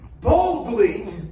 Boldly